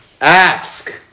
ask